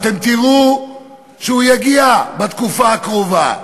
אתם תראו שהוא יגיע בתקופה הקרובה,